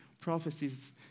prophecies